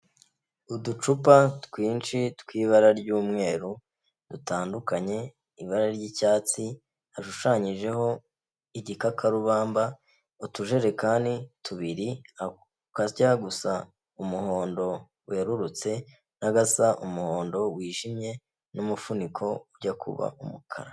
Uducupa twinshi tw'ibara ry'umweru dutandukanye, ibara ry'icyatsi hashushanyijeho igikakarubamba, utujerekani tubiri akajya gusa umuhondo werurutse n'agasa umuhondo wijimye n'umufuniko ujya kuba umukara.